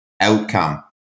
outcome